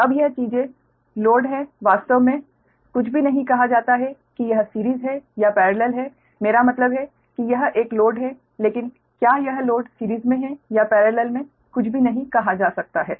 अब यह चीजें लोड हैं वास्तव में कुछ भी नहीं कहा जाता है कि यह सिरीज़ है या पेरेलल है मेरा मतलब है कि यह एक लोड है लेकिन क्या यह लोड सिरीज़ मे है या पेरेलल में कुछ भी नहीं कहा जा सकता है